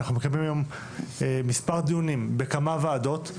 אנחנו מקיימים היום מספר דיונים בכמה ועדות,